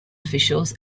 officials